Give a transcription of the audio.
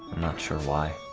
sure why